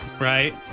right